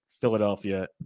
Philadelphia